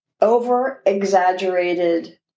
over-exaggerated